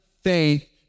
faith